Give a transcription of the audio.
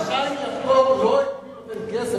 הבקשה היא לחקור לא מי נותן כסף,